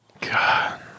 God